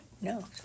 No